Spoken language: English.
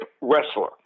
wrestler